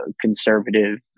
conservative